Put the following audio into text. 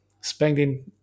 spending